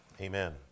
Amen